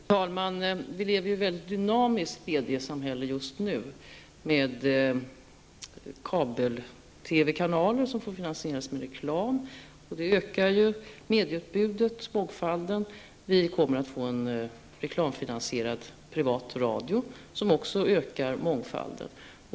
Fru talman! Vi lever just nu i ett mycket dynamiskt mediesamhälle med kabel TV-kanaler som får finansieras med reklam. Det ökar medieutbudet och mångfalden. Vi kommer att få en reklamfinansierad privat radio, något som också ökar mångfalden.